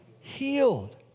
healed